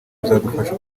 buzadufasha